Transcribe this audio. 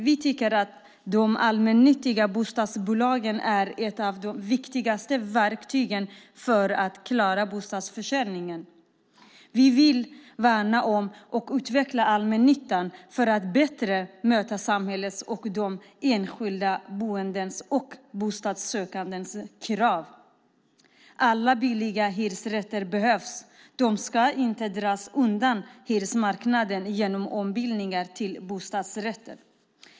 Vi tycker att de allmännyttiga bostadsbolagen är ett av de viktigaste verktygen för att klara bostadsförsörjningen. Vi vill värna om och utveckla allmännyttan för att bättre möta samhällets och de enskilda boendes och bostadssökandes krav. Alla billiga hyresrätter behövs. De ska inte dras undan hyresmarknaden genom ombildningar till bostadsrätter.